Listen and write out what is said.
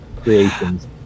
creations